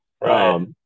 Right